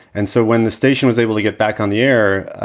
and so when the station was able to get back on the air,